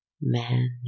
Man